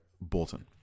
Bolton